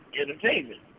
entertainment